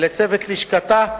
לצוות לשכתה: